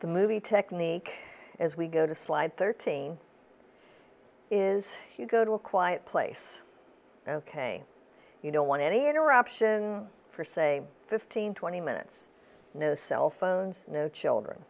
the movie technique as we go to slide thirteen is you go to a quiet place ok you don't want any interruption for say fifteen twenty minutes no cell phones no children